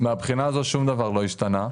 מהבחינה הזאת שום דבר לא השתנה.